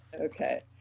Okay